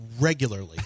regularly